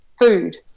food